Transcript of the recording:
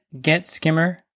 GetSkimmer